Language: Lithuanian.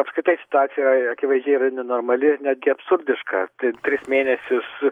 apskritai situacija akivaizdžiai yra nenormali netgi absurdiška ti tris mėnesius